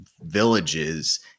villages